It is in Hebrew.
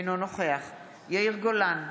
אינו נוכח יאיר גולן,